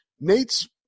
Nate's